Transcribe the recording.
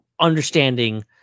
understanding